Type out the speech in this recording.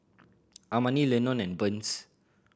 Amani Lenon and Burns